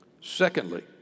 Secondly